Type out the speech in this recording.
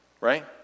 Right